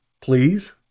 please